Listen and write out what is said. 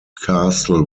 castle